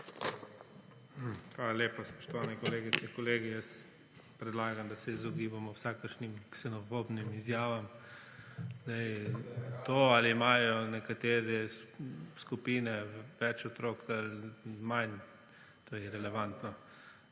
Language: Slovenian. lepa. Spoštovane kolegice, kolegi, jaz predlagam, da se izogibamo vsakršnim ksenofobi izjavam, to ali imajo nekatere skupine več otrok ali manj, to je relevantno.